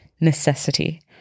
necessity